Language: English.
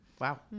wow